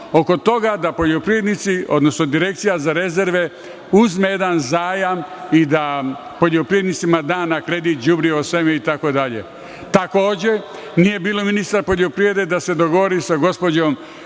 oko toga da poljoprivrednici, odnosno Direkcija za rezerve uzme jedan zajam i da poljoprivrednicima da na kredit đubrivo, seme itd. Takođe, nije bilo ministra poljoprivreda da se dogovori sa gospođom